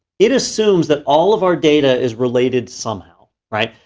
it assumes that all of our data is related somehow, right?